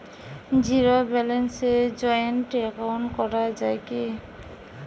Zero ব্যালেন্সে joint account করা য়ায় কি?